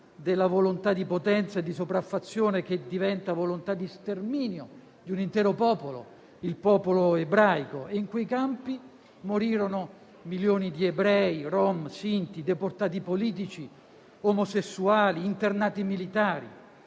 della volontà di potenza e di sopraffazione che diventa volontà di sterminio di un intero popolo, il popolo ebraico. In quei campi morirono milioni di ebrei, rom, sinti, deportati politici, omosessuali, internati militari.